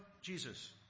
Jesus